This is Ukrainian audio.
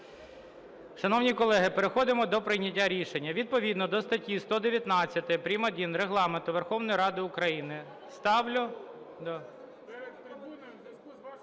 Шановні колеги, переходимо до прийняття рішення. Відповідно до статті 119 прим. 1 Регламенту Верховної Ради України ставлю…